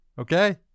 Okay